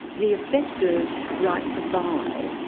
the effect of right to buy,